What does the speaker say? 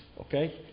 Okay